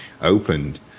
opened